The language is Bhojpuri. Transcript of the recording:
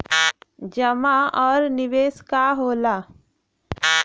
जमा और निवेश का होला?